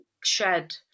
shed